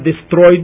destroyed